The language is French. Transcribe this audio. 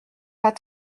pas